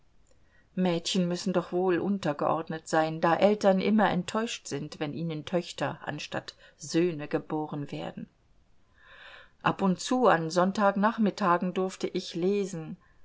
mädchen müssen doch wohl untergeordnet sein da eltern immer enttäuscht sind wenn ihnen töchter anstatt söhne geboren werden ab und zu an sonntagnachmittagen durfte ich lesen